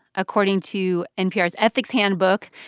according to npr's ethics handbook,